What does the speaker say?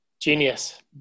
Genius